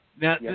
Now